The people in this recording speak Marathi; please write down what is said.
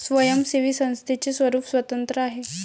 स्वयंसेवी संस्थेचे स्वरूप स्वतंत्र आहे